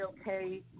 okay